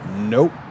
Nope